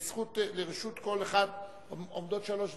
לרשות כל אחד עומדות שלוש דקות.